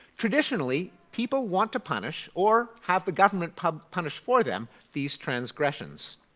traditionally, people want to punish, or have the government punish punish for them, these transgressions.